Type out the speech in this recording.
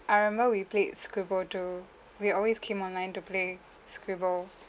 I remember we played scribble do we always came online to play scribble